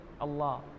Allah